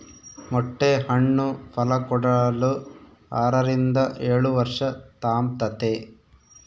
ಮೊಟ್ಟೆ ಹಣ್ಣು ಫಲಕೊಡಲು ಆರರಿಂದ ಏಳುವರ್ಷ ತಾಂಬ್ತತೆ